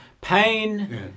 Pain